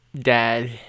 Dad